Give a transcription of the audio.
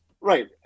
Right